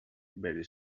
very